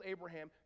Abraham